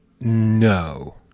no